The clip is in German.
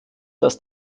dass